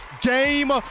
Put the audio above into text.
game